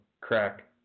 crack